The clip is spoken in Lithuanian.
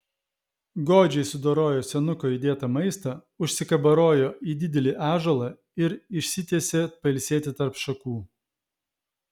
godžiai sudorojo senuko įdėtą maistą užsikabarojo į didelį ąžuolą ir išsitiesė pailsėti tarp šakų